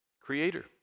creator